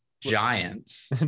Giants